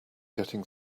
getting